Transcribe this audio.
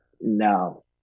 No